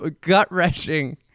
gut-wrenching